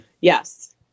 yes